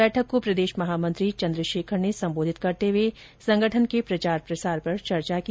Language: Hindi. बैठक को प्रदेश महामंत्री चन्द्रशेखर ने सम्बोधित करते हुए संगठन के प्रचार प्रसार पर चर्चा की